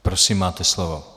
Prosím, máte slovo.